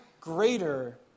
greater